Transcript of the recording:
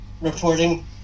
reporting